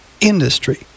industry